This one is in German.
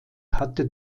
hatte